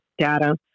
data